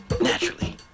Naturally